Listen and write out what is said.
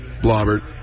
Blobbert